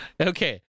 Okay